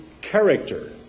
character